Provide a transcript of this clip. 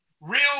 real